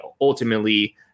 ultimately